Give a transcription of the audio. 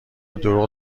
دروغ